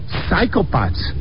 psychopaths